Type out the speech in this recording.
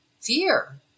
fear